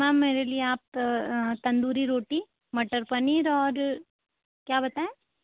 तो मेम मेरे लिए आप तंदूरी रोटी मटर पनीर और क्या बताएं